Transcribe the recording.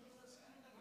אין.